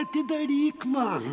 atidaryk man